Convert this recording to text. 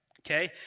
okay